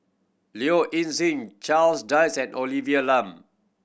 Low Ing Sing Charles Dyce and Olivia Lum